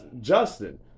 Justin